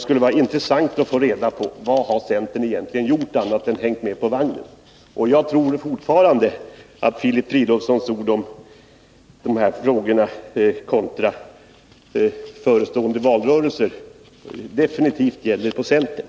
skulle vara intressant att få reda på vad centern egentligen gjort när det gäller medbestämmandet annat än hängt med på vagnen. Jag tror fortfarande att Filip Fridolfssons ord om de här frågorna och en förestående valrörelse är riktiga när det gäller centern.